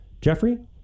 Jeffrey